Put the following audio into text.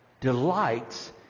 delights